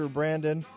Brandon